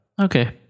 Okay